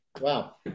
Wow